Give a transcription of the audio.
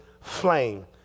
flame